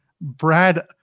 Brad